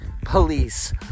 police